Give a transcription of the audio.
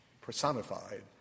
personified